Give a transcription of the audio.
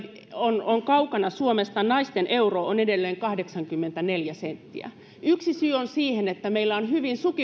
on on kaukana suomessa naisten euro on edelleen kahdeksankymmentäneljä senttiä yksi syy on siihen se että meillä on hyvin